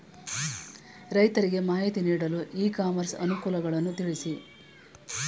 ರೈತರಿಗೆ ಮಾಹಿತಿ ನೀಡಲು ಇ ಕಾಮರ್ಸ್ ಅನುಕೂಲಗಳನ್ನು ತಿಳಿಸಿ?